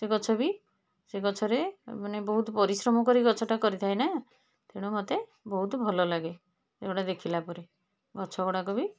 ସେ ଗଛ ବି ସେ ଗଛରେ ମାନେ ବହୁତ ପରିଶ୍ରମ କରି ଗଛଟା କରିଥାଏ ନା ତେଣୁ ମୋତେ ବହୁତ ଭଲ ଲାଗେ ଏଗୁଡ଼ାକ ଦେଖିଲା ପରେ ଗଛ ଗୁଡ଼ାକ ବି